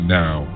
now